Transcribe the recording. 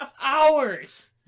hours